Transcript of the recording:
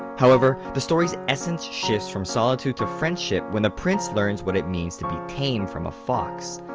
however, the story's essence shifts from solitude to friendship when the prince learns what it means to be tame from a fox.